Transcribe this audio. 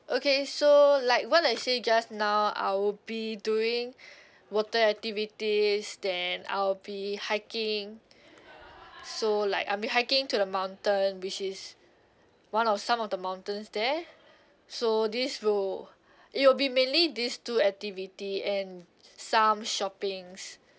okay so like what I say just now I will be doing water activities then I'll be hiking so like I'll be hiking to the mountain which is one of some of the mountains there so this will it will be mainly these two activity and some shoppings